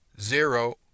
zero